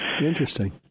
Interesting